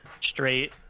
straight